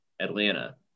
Atlanta